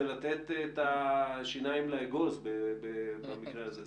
זה לתת את השיניים לאגוז במקרה הזה,